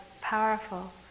powerful